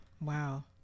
Wow